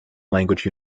language